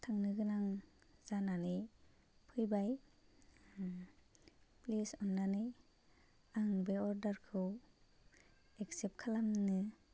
थांनो गोनां जानानै फैबाय फ्लिस अननानै आंनि बे अरदारखौ एक्सेप्ट खालामनो